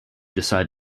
decide